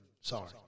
Sorry